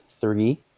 three